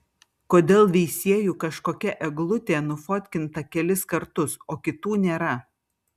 kodėl veisiejų kažkokia eglutė nufotkinta kelis kartus o kitų nėra